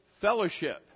fellowship